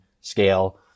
scale